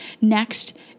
Next